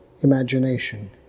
imagination